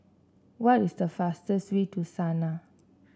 what is the fastest way to Sanaa